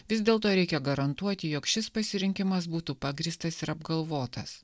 vis dėlto reikia garantuoti jog šis pasirinkimas būtų pagrįstas ir apgalvotas